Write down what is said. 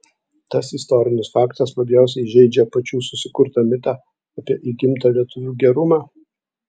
tas istorinis faktas labiausiai žeidžia pačių susikurtą mitą apie įgimtą lietuvių gerumą